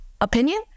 opinion